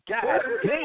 God